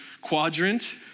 quadrant